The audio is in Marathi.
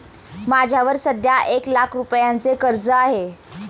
माझ्यावर सध्या एक लाख रुपयांचे कर्ज आहे